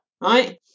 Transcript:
right